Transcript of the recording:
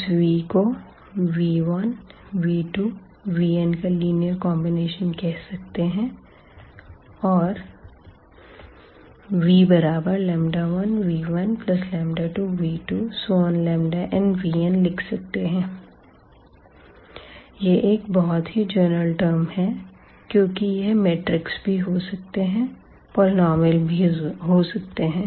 इस v को v1v2vn का लीनियर कॉन्बिनेशन कह सकते हैं और v1v12v2nvn लिख सकते हैं यह एक बहुत ही जनरल टर्म है क्योंकि यह मैट्रिक्स भी हो सकते हैं पॉलिनॉमियल भी हो सकते हैं